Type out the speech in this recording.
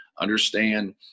understand